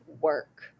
work